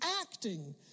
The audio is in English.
acting